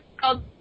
called